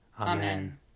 Amen